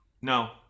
no